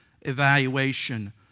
evaluation